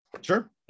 Sure